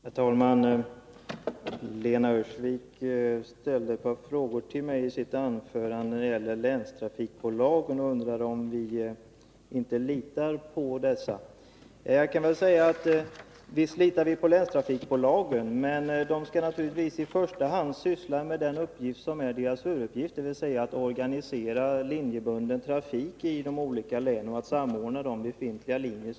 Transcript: Herr talman! Lena Öhrsvik ställde i sitt anförande ett par frågor till mig om länstrafikbolagen. Hon undrade om vi inte litar på dem. Visst litar vi på länstrafikbolagen, men de skall naturligtvis i första hand syssla med det som är deras huvuduppgift, dvs. att organisera linjebunden trafik i de olika länen och att samordna befintliga linjer.